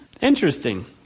Interesting